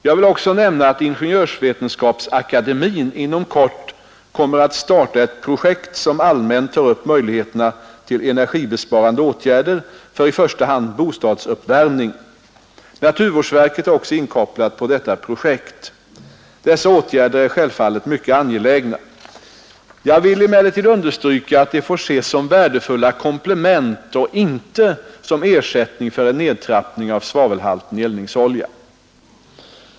Jag vill också nämna att Ingenjörsvetenskapsakademien inom kort kommer att starta ett projekt som allmänt tar upp möjligheterna till energibesparande åtgärder för i första hand bostadsuppvärmning. Naturvårdsverket är också inkopplat på detta projekt. Dessa åtgärder är självfallet mycket angelägna. Jag vill emellertid understryka att de får ses som värdefulla komplement och inte som ersättning för en nedtrappning av svavelhalten i eldningsolja.